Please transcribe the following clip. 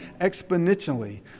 exponentially